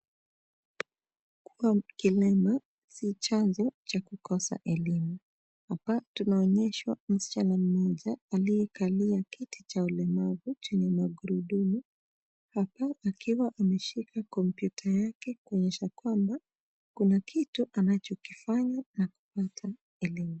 Kua kilema si chanzo cha kukosa elimu, hapa tunaonyeshwa msichana mmoja aliyekalia kiti cha ulemavu chenye magurudumu hapa akiwa ameshika kompyuta yake kuonyesha kwamba kuna kitu anachokifanya na kupata elimu.